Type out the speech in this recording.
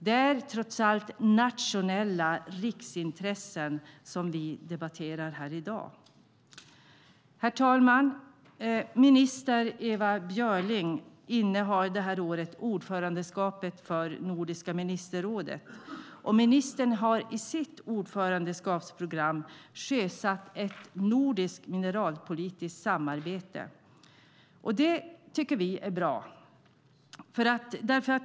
Det är trots allt nationella riksintressen som vi debatterar här i dag. Herr talman! Minister Ewa Björling innehar det här året ordförandeskapet för Nordiska ministerrådet. Ministern har i sitt ordförandeskapsprogram sjösatt ett nordiskt mineralpolitiskt samarbete. Det tycker vi är bra.